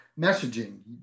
messaging